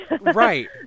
Right